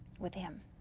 with him.